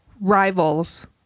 rivals